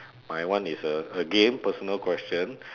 my one is a again personal question